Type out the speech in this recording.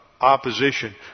opposition